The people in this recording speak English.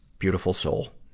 beautiful soul.